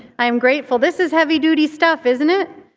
i am grateful. this is heavy duty stuff, isn't it?